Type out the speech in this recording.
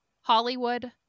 Hollywood